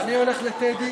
אני הולך לטדי.